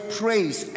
praise